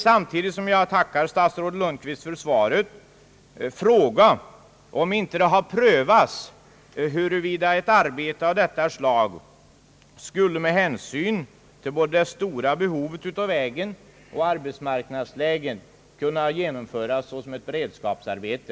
Samtidigt som jag tackar statsrådet Lundkvist för svaret skulle jag vilja fråga, om inte det har prövats huruvida ett arbete av detta slag skulle med hänsyn till både det stora behovet av vägen och arbetsmarknadsläget kunna genomföras såsom ett beredskapsarbete.